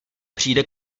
přijde